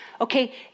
Okay